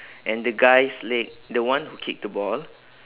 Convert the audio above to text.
and the guy's leg the one who kicked the ball